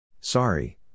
Sorry